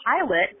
pilot